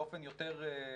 באופן יותר אזרחי.